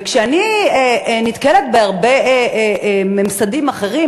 וכשאני נתקלת בהרבה ממסדים אחרים,